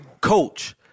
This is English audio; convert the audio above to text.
coach